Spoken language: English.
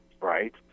right